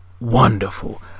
wonderful